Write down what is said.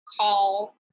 call